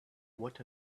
what